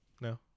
No